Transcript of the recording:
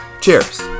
Cheers